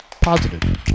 positive